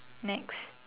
next